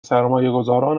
سرمایهگذاران